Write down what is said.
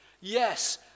Yes